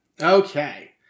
Okay